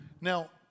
Now